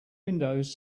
windows